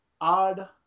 odd